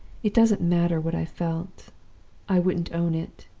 it doesn't matter what i felt i wouldn't own it,